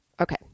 Okay